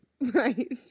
Right